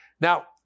Now